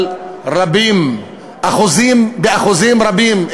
אבל באחוזים רבים,